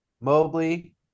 Mobley